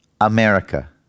America